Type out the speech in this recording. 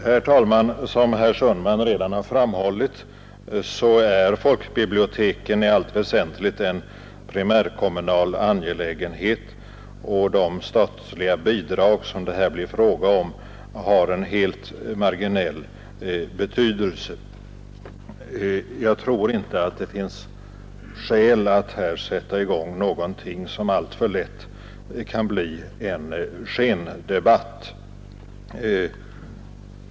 Herr talman! Som herr Sundman redan framhållit är folkbiblioteken i allt väsentligt en primärkommunal angelägenhet, och de statliga bidrag som det här blir fråga om har en helt marginell betydelse. Jag tror inte att det finns skäl att här sätta i gång något som alltför lätt kan bli en skendebatt.